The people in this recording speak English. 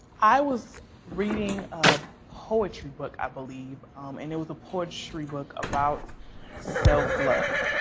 i was reading a poetry book, i believe, and it was a poetry book about self love.